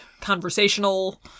conversational